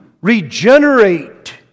regenerate